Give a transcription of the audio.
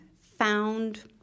found